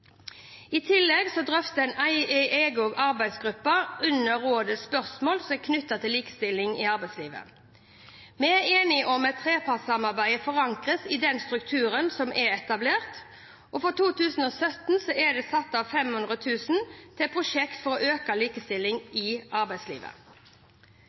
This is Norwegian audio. i disse møtene. I tillegg drøfter en egen arbeidsgruppe under rådet spørsmål som er knyttet til likestilling i arbeidslivet. Vi er enige om at trepartssamarbeidet forankres i den strukturen som er etablert. For 2017 er det satt av 500 000 kr til prosjekt for å øke